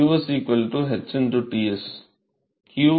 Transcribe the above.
மாணவர் qs h Ts